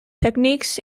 techniques